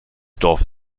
dorf